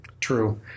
true